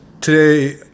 Today